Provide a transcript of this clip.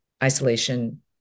isolation